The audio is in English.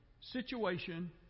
situation